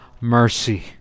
mercy